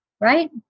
right